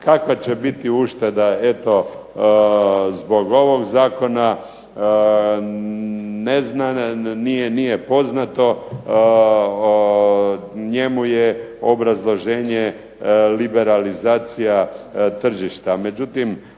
Kakva će biti ušteda, eto zbog ovog zakona ne znam, nije poznato, o njemu je obrazloženju liberalizacija tržišta,